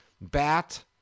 bat